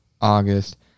August